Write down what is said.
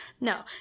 No